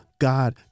God